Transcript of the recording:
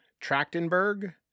Trachtenberg